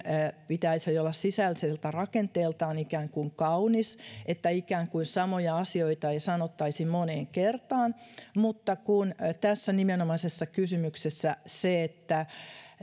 pitäisi olla sisäiseltä rakenteeltaan ikään kuin kaunis että ikään kuin samoja asioita ei sanottaisi moneen kertaan mutta jotta tässä nimenomaisessa kysymyksessä